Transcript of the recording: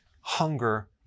hunger